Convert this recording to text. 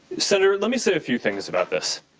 senator, let me say a few things about this.